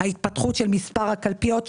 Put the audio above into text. התפתחות מספר הקלפיות,